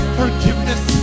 forgiveness